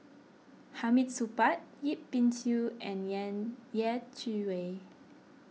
Hamid Supaat Yip Pin Xiu and Yin Yeh Chi Wei